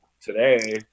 today